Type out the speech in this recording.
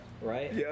Right